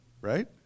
Right